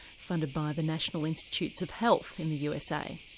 funded by the national institutes of health in the usa.